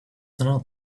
not